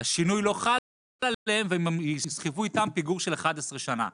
השינוי לא חל עליהם והם יסחבו איתם פיגור של 11 שנים,